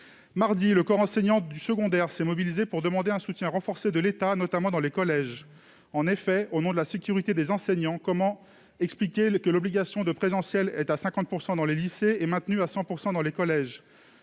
Mardi, le corps enseignant du secondaire s'est mobilisé pour demander un soutien renforcé de l'État, notamment dans les collèges. Du point de vue de la sécurité des enseignants, en effet, comment expliquer que l'obligation d'enseignement présentiel soit fixée à 50 % dans les lycées et maintenue à 100 % dans les collèges ?